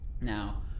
Now